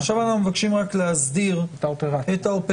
עכשיו אנחנו מבקשים להסדיר את האופרציה,